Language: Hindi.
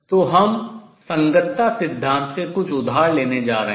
तो हम संगतता सिद्धांत से कुछ उधार लेने जा रहे हैं